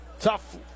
tough